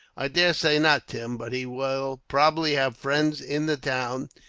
i daresay not, tim, but he will probably have friends in the town.